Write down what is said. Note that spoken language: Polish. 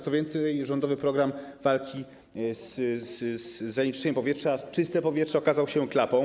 Co więcej, rządowy program walki z zanieczyszczeniem powietrza ˝Czyste powietrze˝ okazał się klapą.